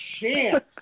chance